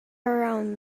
around